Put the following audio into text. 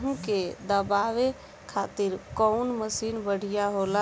गेहूँ के दवावे खातिर कउन मशीन बढ़िया होला?